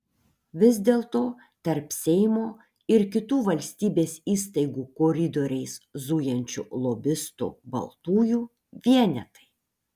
vis dėlto tarp seimo ir kitų valstybės įstaigų koridoriais zujančių lobistų baltųjų vienetai